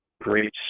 great